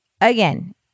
Again